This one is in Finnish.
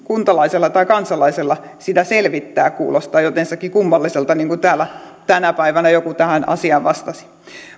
kuntalaisella tai kansalaisella sitä selvittää kuulostaa jotensakin kummalliselta niin kuin täällä tänä päivänä joku tähän asiaan vastasi